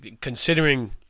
Considering